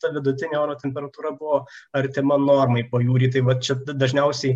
ta vidutinė oro temperatūra buvo artima normai pajūry tai va čia dažniausiai